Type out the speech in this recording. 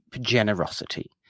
generosity